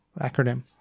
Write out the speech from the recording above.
acronym